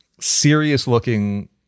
serious-looking